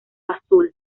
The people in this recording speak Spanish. azul